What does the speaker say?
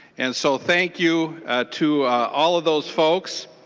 and so thank you to all of those folks.